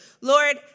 Lord